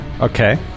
Okay